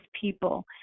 people